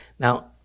Now